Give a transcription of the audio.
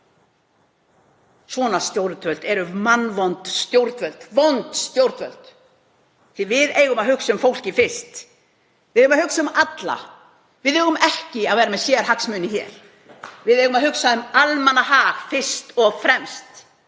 Svona stjórnvöld eru mannfjandsamleg. Við eigum að hugsa um fólkið fyrst, við eigum að hugsa um alla. Við eigum ekki að vera með sérhagsmuni hér, við eigum að hugsa um almannahag fyrst og fremst